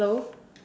hello